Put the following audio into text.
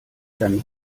dann